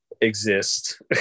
exist